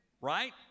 Right